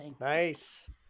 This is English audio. nice